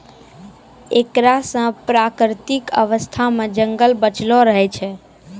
एकरा से प्राकृतिक अवस्था मे जंगल बचलो रहै छै